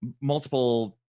multiple